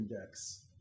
Index